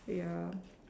ya